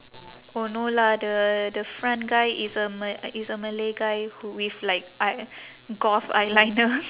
oh no lah the the front guy is a ma~ is a malay guy who with like eye~ goth eyeliner